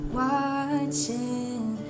watching